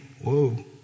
Whoa